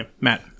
Matt